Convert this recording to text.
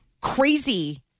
crazy